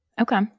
Okay